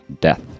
Death